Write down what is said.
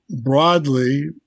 broadly